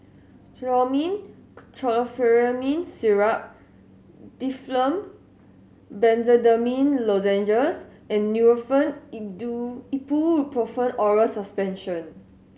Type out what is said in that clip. Chlormine Chlorpheniramine Syrup Difflam Benzydamine Lozenges and Nurofen Ibuprofen Oral Suspension